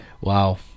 Wow